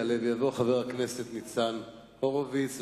יעלה ויבוא חבר הכנסת ניצן הורוביץ,